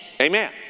Amen